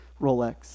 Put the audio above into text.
Rolex